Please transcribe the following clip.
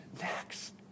next